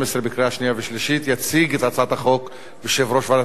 יציג את הצעת החוק יושב-ראש ועדת הכלכלה חבר הכנסת